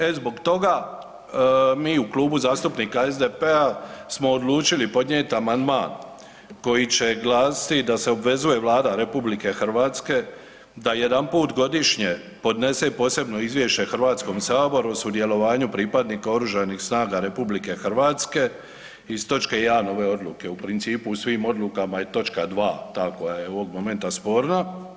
E zbog toga mi u Klubu zastupnika SDP-a smo odlučili podnijet amandman koji će glasiti da se obvezuje Vlada RH da jedanput godišnje podnese posebno izvješće HS o sudjelovanju pripadnika oružanih snaga RH iz točke jedan ove odluke, u principu u svim odlukama je točka 2 ta koja je ovog momenta sporna.